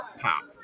pop